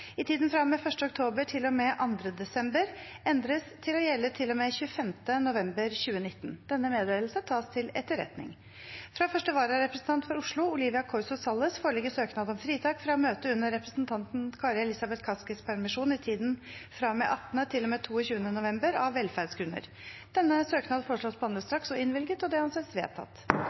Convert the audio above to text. i tiden fra og med 1. oktober til og med 2. desember endres til å gjelde til og med 25. november 2019. – Denne meddelelse tas til etterretning. Fra første vararepresentant for Oslo, Olivia Corso Salles , foreligger søknad om fritak fra å møte under representanten Kari Elisabeth Kaskis permisjon i tiden fra og med 18. november